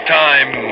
time